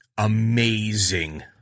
amazing